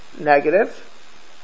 negative